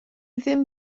ddim